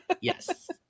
Yes